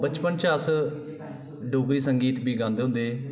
बचपन च अस डोगरी सगींत बी गोंदे होंदे हे